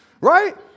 Right